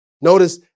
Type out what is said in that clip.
Notice